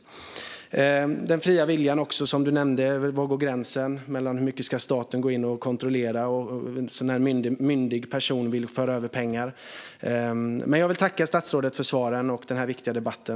Statsrådet nämnde den fria viljan. Var går gränsen? Hur mycket ska staten gå in och kontrollera när en myndig person vill föra över pengar? Jag vill tacka statsrådet för svaren och för den här viktiga debatten.